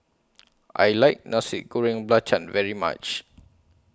I like Nasi Goreng Belacan very much